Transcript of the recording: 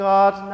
God